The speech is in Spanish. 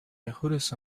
mejores